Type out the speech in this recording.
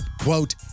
quote